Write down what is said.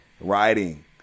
writing